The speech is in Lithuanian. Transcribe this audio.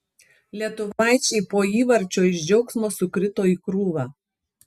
lietuvaičiai po įvarčio iš džiaugsmo sukrito į krūvą